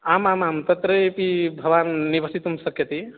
आमामां तत्र अपि भवान् निवसितुं शक्यते